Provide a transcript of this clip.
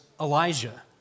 Elijah